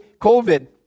COVID